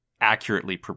accurately